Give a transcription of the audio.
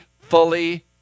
fully